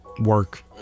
work